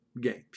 games